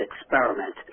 experiment